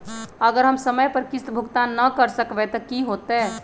अगर हम समय पर किस्त भुकतान न कर सकवै त की होतै?